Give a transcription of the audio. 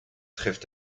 trifft